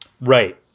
right